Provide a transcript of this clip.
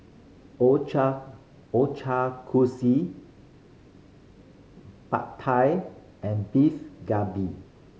Pad Thai and Beef Galbi